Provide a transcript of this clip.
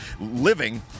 living